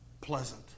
pleasant